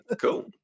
cool